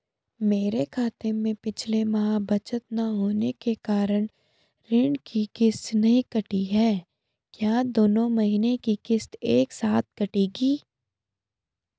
मेरे खाते में पिछले माह बचत न होने के कारण ऋण की किश्त नहीं कटी है क्या दोनों महीने की किश्त एक साथ कटेगी?